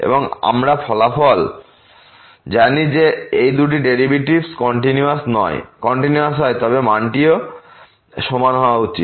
এবং আমরা ফলাফল জানি যে যদি এই দুটি ডেরিভেটিভস কন্টিনিউয়াস হয় তবে মানটিও সমান হওয়া উচিত